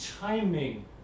timing